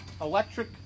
Electric